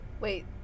Wait